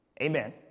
Amen